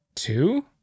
two